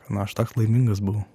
na aš toks laimingas buvau